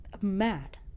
mad